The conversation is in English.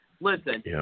listen